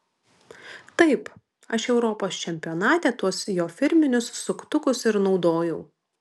taip aš europos čempionate tuos jo firminius suktukus ir naudojau